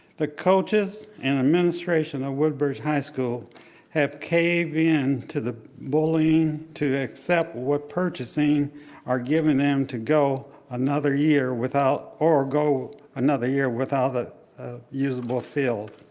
the coaches and administration at woodbridge high school have caved in to the bullying to accept what purchasing are giving them to go another year without, or go another year without a usable field.